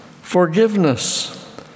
forgiveness